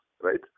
right